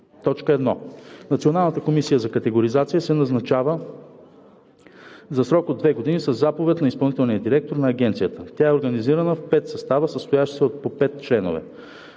11. (1) Националната комисия за категоризация се назначава за срок две години със заповед на изпълнителния директор на агенцията. Тя е организирана в 5 състава, състоящи се от по 5 членове.